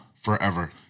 Forever